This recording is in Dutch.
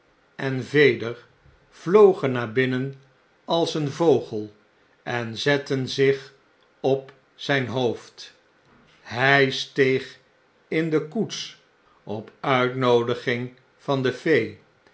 en veder vlogen naar binnen als een vogel en zitten zich op zjn hoofd hg streg in de koets op uitnoodiging van de